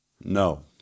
No